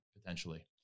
potentially